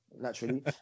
naturally